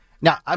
Now